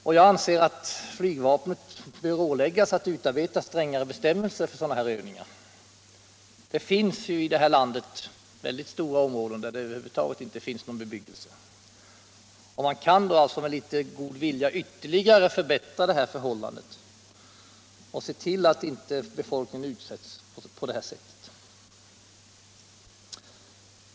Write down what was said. Jag anser därför att flygvapnet bör åläggas att utarbeta strängare bestämmelser för sådana här övningar. Det finns här i landet stora områden utan någon bebyggelse över huvud taget, och man kan med litet god vilja förbättra läget och se till att befolkningen inte utsätts på detta vis.